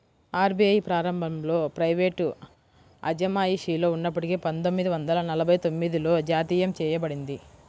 RBI ప్రారంభంలో private అజమాయిషిలో ఉన్నప్పటికీ పందొమ్మిది వందల నలభై తొమ్మిదిలో జాతీయం చేయబడింది